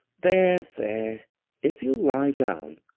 there, there if you'll lie down,